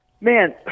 man